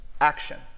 action